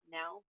now